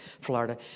Florida